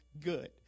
good